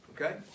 okay